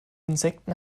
insekten